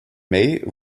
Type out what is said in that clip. may